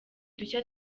dushya